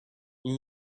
این